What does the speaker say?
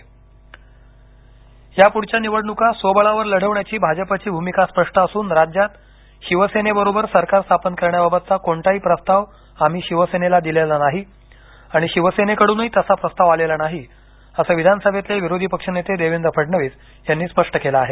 फडणवीस या पुढच्या निवडणुका स्वबळावर लढवण्याची भाजपची भुमिका स्पष्ट असुन राज्यात शिवसेनेबरोबर सरकार स्थापन करण्याबाबतचा कोणताही प्रस्ताव आम्ही शिवसेनेला दिलेला नाही आणि शिवसेनेकडूनही तसा प्रस्ताव आलेला नाही असं विधानसभेतले विरोधी पक्षनेते देवेंद्र फडणवीस यांनी स्पष्ट केलं आहे